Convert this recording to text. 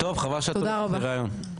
תודה רבה.